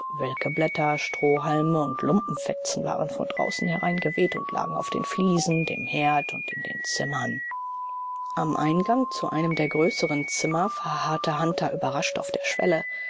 welke blätter strohhalme und lumpenfetzen waren von draußen hereingeweht und lagen auf den fliesen dem herd und in den zimmern am eingang zu einem der größeren zimmer verharrte hunter überrascht auf der schwelle